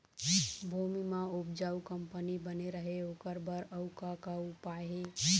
भूमि म उपजाऊ कंपनी बने रहे ओकर बर अउ का का उपाय हे?